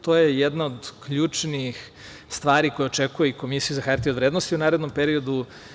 To je jedna od ključnih stvari koje očekuje i Komisiju za hartije od vrednosti u narednom periodu.